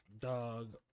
Dog